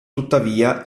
tuttavia